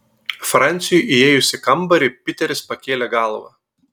franciui įėjus į kambarį piteris pakėlė galvą